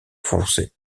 foncé